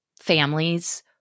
families